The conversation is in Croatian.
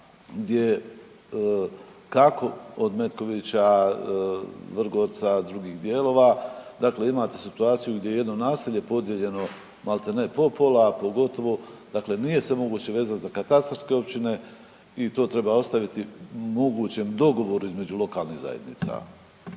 kako, od Metkovića, Vrgorca, drugih dijelova, dakle imate situaciju gdje je jedno naselje podijeljeno maltene po pola, a pogotovo, dakle nije se moguće vezati za katastarske općine i to treba ostaviti mogućem dogovoru između lokalnih zajednica.